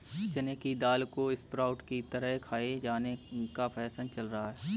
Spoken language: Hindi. चने की दाल को स्प्रोउट की तरह खाये जाने का फैशन चल रहा है